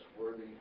worthy